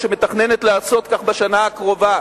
או שמתכננת לעשות כך בשנה הקרובה,